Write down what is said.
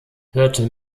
hörte